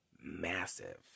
massive